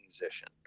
musician